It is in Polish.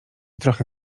trochę